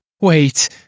Wait